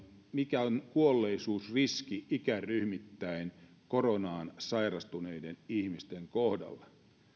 mikä on kuolleisuusriski ikäryhmittäin koronaan sairastuneiden ihmisten kohdalla